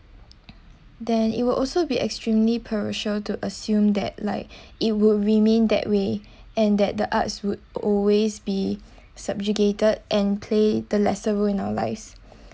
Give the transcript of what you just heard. then it will also be extremely partial to assume that like it would remain that way and that the arts would always be subjugated and play the lesser rule in our lives